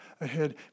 ahead